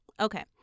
okay